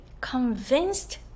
convinced